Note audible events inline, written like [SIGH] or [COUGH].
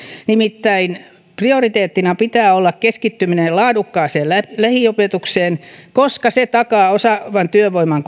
nimittäin prioriteettina pitää olla keskittyminen laadukkaaseen lähiopetukseen koska se takaa osaavan työvoiman [UNINTELLIGIBLE]